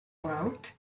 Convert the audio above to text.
out